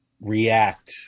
react